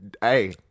Hey